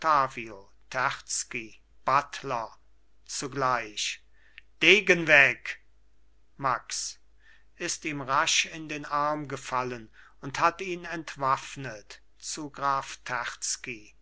zugleich degen weg max ist ihm rasch in den arm gefallen und hat ihn entwaffnet zu